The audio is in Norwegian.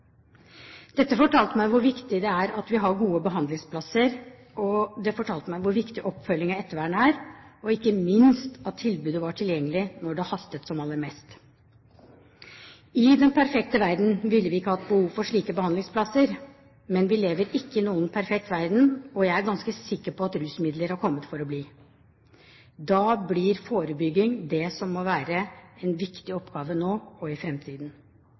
Dette fortalte meg hvor viktig det er at vi har gode behandlingsplasser. Det fortalte meg hvor viktig oppfølging og ettervern er, og ikke minst at tilbudet var tilgjengelig da det hastet som aller mest. I den perfekte verden ville vi ikke hatt behov for slike behandlingsplasser, men vi lever ikke i noen perfekt verden, og jeg er ganske sikker på at rusmidler har kommet for å bli. Da blir forebygging det som må være en viktig oppgave nå og i